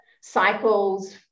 cycles